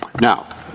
Now